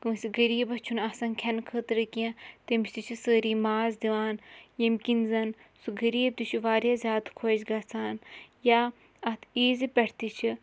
کٲنٛسہِ غریٖبَس چھُنہٕ آسان کھیٚنہٕ خٲطرٕ کیٚنٛہہ تٔمِس تہِ چھِ سٲری ماز دِوان ییٚمہِ کِنۍ زَن سُہ غریٖب تہِ چھُ واریاہ زیادٕ خۄش گَژھان یا اَتھ عیٖذِ پٮ۪ٹھ تہِ چھِ